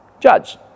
judge